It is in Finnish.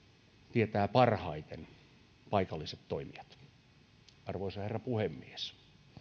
tietävät parhaiten paikalliset toimijat arvoisa herra puhemies